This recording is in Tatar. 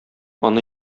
аны